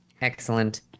Excellent